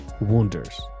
wonders